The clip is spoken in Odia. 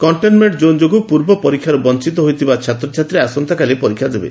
କକ୍କେନମେକ୍କ ଜୋନ୍ ଯୋଗୁଁ ପୂର୍ବ ପରୀକ୍ଷାରୁ ବଞ୍ଚତ ହୋଇଥିବା ଛାତ୍ରଛାତ୍ରୀ ଆସନ୍ତାକାଲି ପରୀକ୍ଷା ଦେବେ